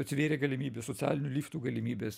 atvėrė galimybės socialinių liftų galimybės